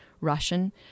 Russian